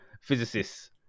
physicists